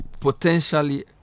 potentially